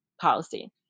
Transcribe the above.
policy